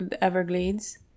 everglades